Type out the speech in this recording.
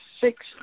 six